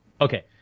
Okay